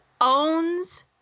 owns